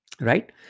right